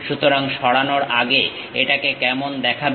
সুতরাং সরানোর আগে এটাকে কেমন দেখাবে